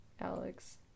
alex